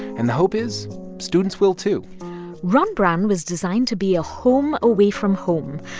and the hope is students will, too ron brown was designed to be a home away from home,